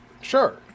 Sure